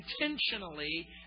intentionally